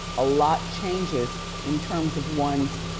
a lot changes in terms of one's